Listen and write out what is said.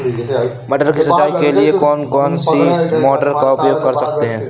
मटर की सिंचाई के लिए कौन सी मोटर का उपयोग कर सकते हैं?